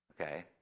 okay